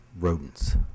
rodents